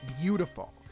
Beautiful